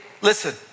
listen